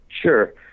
Sure